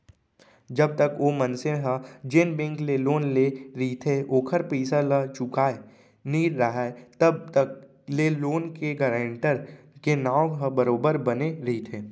जब तक ओ मनसे ह जेन बेंक ले लोन लेय रहिथे ओखर पइसा ल चुकाय नइ राहय तब तक ले लोन के गारेंटर के नांव ह बरोबर बने रहिथे